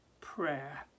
prayer